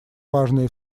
важные